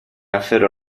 afferrò